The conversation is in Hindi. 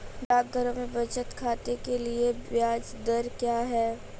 डाकघरों में बचत खाते के लिए ब्याज दर क्या है?